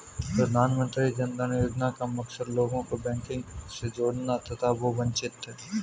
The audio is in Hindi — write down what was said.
प्रधानमंत्री जन धन योजना का मकसद लोगों को बैंकिंग से जोड़ना था जो वंचित थे